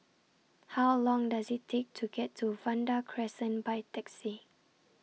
How Long Does IT Take to get to Vanda Crescent By Taxi